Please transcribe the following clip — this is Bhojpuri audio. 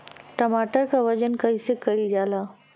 टमाटर क वजन कईसे कईल जाला?